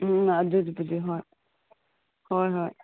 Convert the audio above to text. ꯎꯝ ꯑꯗꯨꯕꯨꯗꯤ ꯍꯣꯏ ꯍꯣꯏ ꯍꯣꯏ